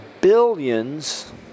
billions